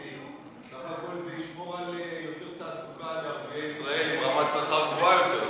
בסך הכול זה ישמור על יותר תעסוקה לערביי ישראל עם רמת שכר גבוהה יותר.